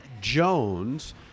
Jones